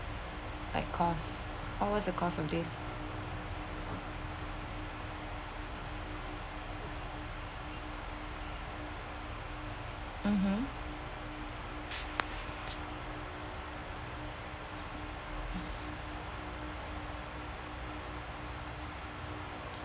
like cost how was the cost of this mmhmm